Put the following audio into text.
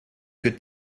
could